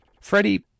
Freddie